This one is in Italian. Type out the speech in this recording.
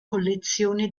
collezione